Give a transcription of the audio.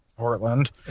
portland